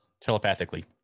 Telepathically